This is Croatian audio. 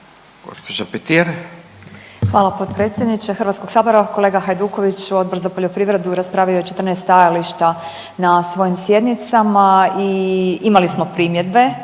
Hvala potpredsjedniče HS-a, kolega Hajdukoviću, Odbor za poljoprivredu raspravio je 14 stajališta na svojim sjednicama i imali smo primjedbe